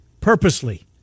Purposely